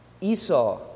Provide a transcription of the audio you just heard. Esau